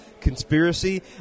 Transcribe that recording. conspiracy